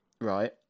right